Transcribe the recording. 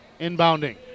inbounding